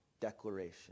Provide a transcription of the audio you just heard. declaration